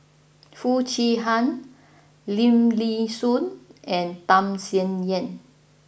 Foo Chee Han Lim Nee Soon and Tham Sien Yen